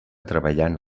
treballant